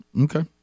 Okay